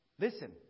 listen